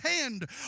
hand